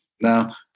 Now